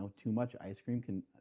ah too much ice cream can,